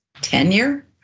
tenure